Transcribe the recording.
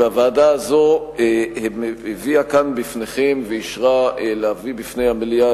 והוועדה הזו הביאה בפניכם ואישרה להביא בפני המליאה